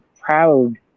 proud